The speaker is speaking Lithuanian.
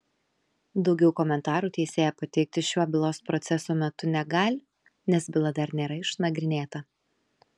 daugiau komentarų teisėja pateikti šiuo bylos proceso metu negali nes byla dar nėra išnagrinėta